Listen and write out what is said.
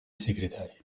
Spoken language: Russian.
секретарь